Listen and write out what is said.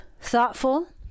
thoughtful